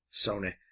Sony